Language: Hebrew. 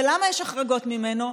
ולמה יש החרגות ממנו?